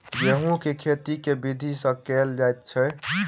गेंहूँ केँ खेती केँ विधि सँ केल जाइत अछि?